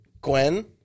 Gwen